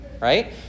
right